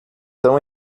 tão